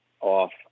off